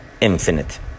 infinite